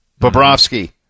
Bobrovsky